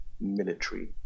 military